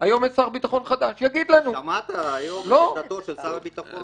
היום יש שר ביטחון חדש שיגיד לנו -- שמעת את עמדתו של שר הביטחון,